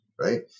right